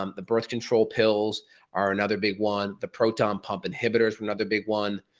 um the birth control pills are another big one, the proton pump inhibitors are another big one,